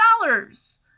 dollars